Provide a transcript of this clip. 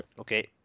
Okay